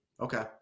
Okay